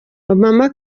obama